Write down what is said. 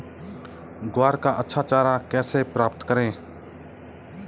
ग्वार का अच्छा चारा कैसे प्राप्त करें?